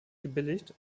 gebilligt